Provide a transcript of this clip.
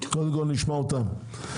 קודם כל נשמע אותם.